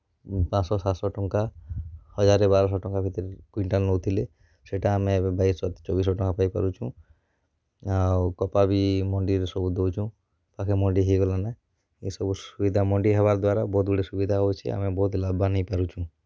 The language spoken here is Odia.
ପାଁଶହ ସାତ୍ଶହ ଟଙ୍କା ହଜାରେ ବାରଶହ ଟଙ୍କା ଭିତ୍ରେ କୁଇଣ୍ଟାଲ୍ ନଉଥିଲେ ସେଟା ଆମେ ବାଇଶହ ଚବିଶ୍ ଶହ ଟଙ୍କା ପାଇପାରୁଚୁଁ ଆଉ କପା ବି ମଣ୍ଡିରେ ସବୁ ଦଉଚୁଁ ପାଖେ ମଣ୍ଡି ହେଇଗଲାନେ ଇସବୁ ସୁବିଧା ମଣ୍ଡି ହେବାର୍ ଦ୍ୱାରା ବହୁତ୍ ଗୁଡ଼େ ସୁବିଧା ହୋଉଛେ ଆମେ ବହୁତ୍ ଲାଭବାନ୍ ହେଇ ପାରୁଚୁଁ